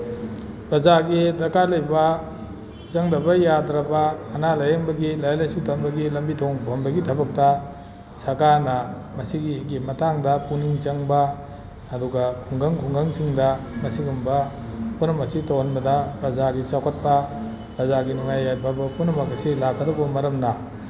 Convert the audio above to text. ꯄ꯭ꯔꯖꯥꯒꯤ ꯗꯔꯀꯥꯔ ꯂꯩꯕ ꯆꯪꯗꯕ ꯌꯥꯗ꯭ꯔꯕ ꯑꯅꯥ ꯂꯥꯌꯦꯡꯕꯒꯤ ꯂꯥꯏꯔꯤꯛ ꯂꯥꯏꯁꯨ ꯇꯝꯕꯒꯤ ꯂꯝꯕꯤ ꯊꯣꯡ ꯐꯍꯟꯕꯒꯤ ꯊꯕꯛꯇ ꯁꯔꯀꯥꯔꯅ ꯃꯁꯤꯒꯤ ꯃꯇꯥꯡꯗ ꯄꯨꯛꯅꯤꯡ ꯆꯪꯕ ꯑꯗꯨꯒ ꯈꯨꯡꯒꯪ ꯈꯨꯡꯒꯪꯁꯤꯡꯗ ꯃꯁꯤꯒꯨꯝꯕ ꯄꯨꯝꯅꯃꯛ ꯑꯁꯤ ꯇꯧꯍꯟꯕꯗ ꯄ꯭ꯔꯖꯥꯒꯤ ꯆꯥꯎꯈꯠꯄ ꯄ꯭ꯔꯖꯥꯒꯤ ꯅꯨꯡꯉꯥꯏ ꯌꯥꯏꯐꯕ ꯄꯨꯝꯅꯃꯛ ꯑꯁꯤ ꯂꯥꯛꯀꯗꯧꯕ ꯃꯔꯝꯅ